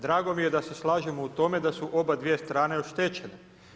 Drago mi je da se slažete u tome da su obadvije strane oštećene.